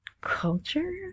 culture